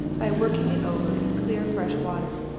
by working it over, in clear fresh water,